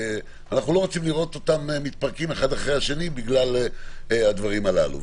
אנחנו לא רוצים לראות אותם מתפרקים אחד אחרי השני בגלל הדברים הללו.